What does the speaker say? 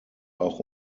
auch